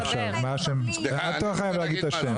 תודה, אתה עכשיו, אתה לא חייב להגיד את השם.